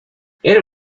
era